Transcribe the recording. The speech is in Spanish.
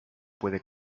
puede